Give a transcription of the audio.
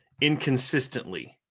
inconsistently